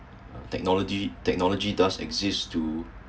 uh technology technology does exist to